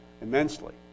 immensely